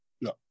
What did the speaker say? No